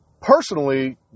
personally